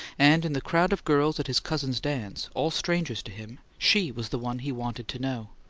and in the crowd of girls at his cousin's dance, all strangers to him, she was the one he wanted to know.